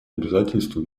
обязательства